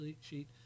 sheet